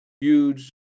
huge